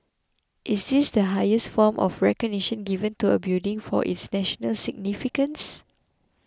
is it the highest form of recognition given to a building for its national significance